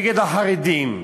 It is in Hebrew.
נגד החרדים.